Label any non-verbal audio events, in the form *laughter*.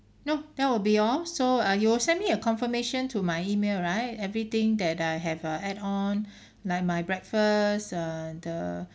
no that will be all so err you will send me a confirmation to my email right everything that I have uh add on *breath* like my breakfast and the